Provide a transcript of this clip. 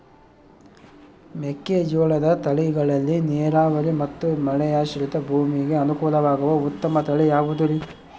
ಮೆಕ್ಕೆಜೋಳದ ತಳಿಗಳಲ್ಲಿ ನೇರಾವರಿ ಮತ್ತು ಮಳೆಯಾಶ್ರಿತ ಭೂಮಿಗೆ ಅನುಕೂಲವಾಗುವ ಉತ್ತಮ ತಳಿ ಯಾವುದುರಿ?